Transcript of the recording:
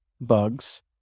bugs